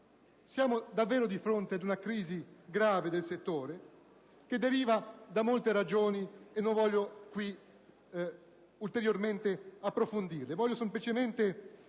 siamo davvero di fronte ad una crisi grave del settore che deriva da molte ragioni che non voglio qui ulteriormente approfondire.